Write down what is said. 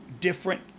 different